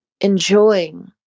enjoying